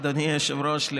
אדוני היושב-ראש,